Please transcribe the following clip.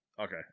Okay